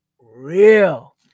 real